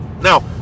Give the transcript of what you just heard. Now